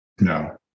No